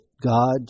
God